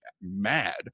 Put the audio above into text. mad